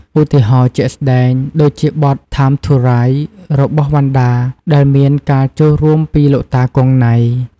ឧទាហរណ៍ជាក់ស្តែងដូចជា បទ "ថាម ធូរ រ៉ៃ" របស់ វណ្ណដា ដែលមានការចូលរួមពីលោកតា គង់ ណៃ។